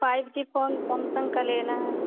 five G phone Samsung का लेना है